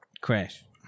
crash